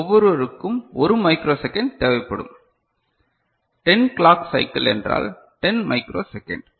ஒவ்வொருவருக்கும் 1 micro second தேவைப்படுகிறது 10 clock cycle என்றால் 10 மைக்ரோ செகண்ட்